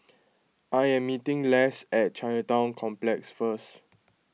I am meeting Less at Chinatown Complex first